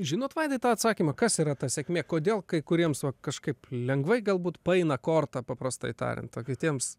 žinot vaidai tą atsakymą kas yra ta sėkmė kodėl kai kuriems va kažkaip lengvai galbūt paeina korta paprastai tariant o kitiems